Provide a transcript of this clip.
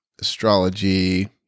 astrology